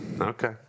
Okay